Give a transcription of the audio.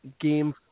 game